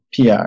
PR